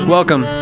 Welcome